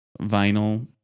vinyl